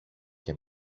και